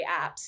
apps